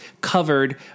covered